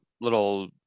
little